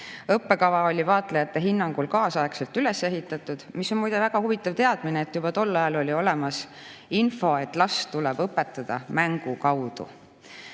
Õppekava oli vaatlejate hinnangul kaasaegselt üles ehitatud ja mis on muide väga huvitav teadmine: juba tol ajal oli olemas info, et last tuleb õpetada mängu kaudu.Me